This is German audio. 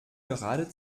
gerade